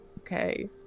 okay